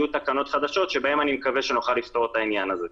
יהיו תקנות חדשות שבהן אני מקווה שנוכל לפתור את העניין הזה.